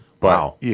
Wow